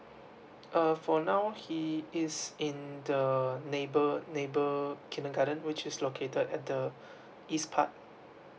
uh for now he is in the neighbour neighbour kindergarten which is located at the east part